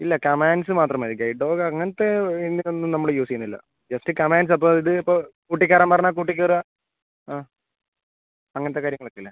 ഇല്ല കമാൻഡ്സ് മാത്രം മതി ഗൈഡ് ഡോഗ് അങ്ങനത്തെ പിന്നെ ഒന്നും നമ്മൾ യൂസ് ചെയ്യുന്നില്ല ജസ്റ്റ് കമാൻഡ്സ് അപ്പം ഇത് ഇപ്പം കൂട്ടിൽ കയറാൻ പറഞ്ഞാൽ കൂട്ടിൽ കയറുക ആ അങ്ങനത്തെ കാര്യങ്ങളൊക്കെ ഇല്ലേ